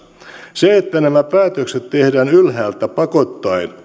se että nämä päätökset tehdään ylhäältä pakottaen